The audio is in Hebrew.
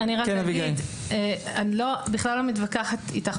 אני בכלל לא מתווכחת איתך.